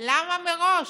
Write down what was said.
למה מראש?